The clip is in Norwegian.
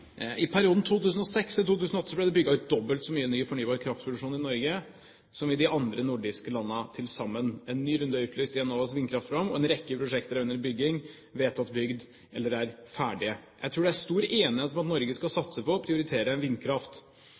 I perioden 2006–2008 ble det bygd ut dobbelt så mye ny fornybar kraftproduksjon i Norge som i de andre nordiske landene til sammen. En ny runde er utlyst i Enovas vindkraftprogram, og en rekke prosjekter er under bygging, vedtatt bygd eller er ferdige. Jeg tror det er stor enighet om at Norge skal satse på og prioritere vindkraft.